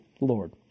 Lord